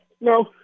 No